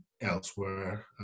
elsewhere